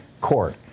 court